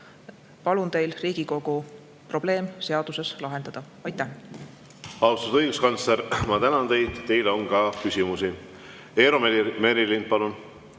Palun teil, Riigikogu, probleem seaduses lahendada! Aitäh! Austatud õiguskantsler, ma tänan teid. Teile on ka küsimusi. Eero Merilind, palun!